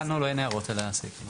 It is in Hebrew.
לנו אין הערות על הסעיפים.